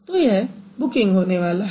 तो यह बुकिंग होने वाला है